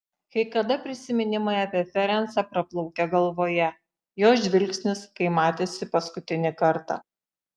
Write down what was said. kai kada prisiminimai apie ferencą praplaukia galvoje jo žvilgsnis kai matėsi paskutinį kartą